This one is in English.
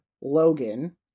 Logan